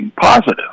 positive